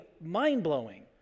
mind-blowing